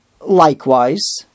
Likewise